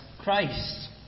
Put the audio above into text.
Christ